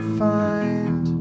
find